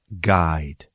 guide